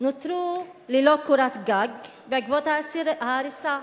נותרו ללא קורת גג בעקבות ההריסה.